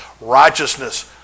righteousness